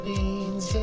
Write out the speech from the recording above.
Beans